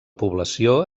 població